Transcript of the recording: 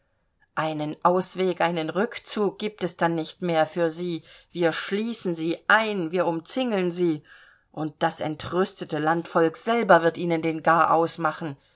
einen ausweg einen rückzug giebt es dann nicht mehr für sie wir schließen sie ein wir umzingeln sie und das entrüstete landvolk selber wird ihnen den garaus machen